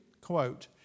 quote